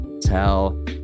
tell